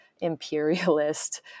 imperialist